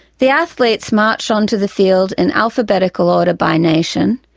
the athletes marched on to the field in alphabetical order by nation,